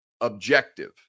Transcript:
objective